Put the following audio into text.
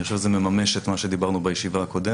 אני חושב שזה מממש את מה שדיברנו עליו בישיבה הקודמת,